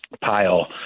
pile